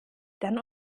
dann